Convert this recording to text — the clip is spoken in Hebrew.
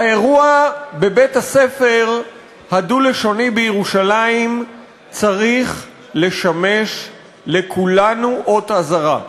האירוע בבית-הספר הדו-לשוני בירושלים צריך לשמש לכולנו אות אזהרה.